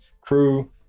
crew